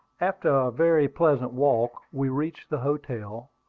after a very pleasant walk we reached the hotel,